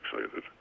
excited